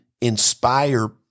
inspire